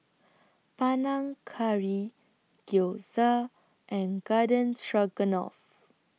Panang Curry Gyoza and Garden Stroganoff